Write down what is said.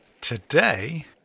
Today